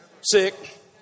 Sick